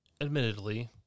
admittedly